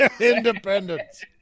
Independence